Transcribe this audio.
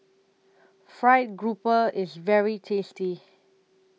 Fried Grouper IS very tasty